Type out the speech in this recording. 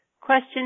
question